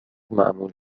معمول